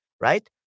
right